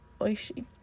Oishi